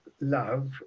love